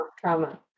trauma